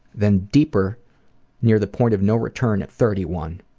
then deeper near the point of no return at thirty one.